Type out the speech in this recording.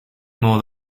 more